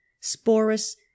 Sporus